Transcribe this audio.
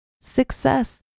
Success